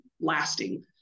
lasting